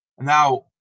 Now